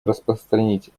распространить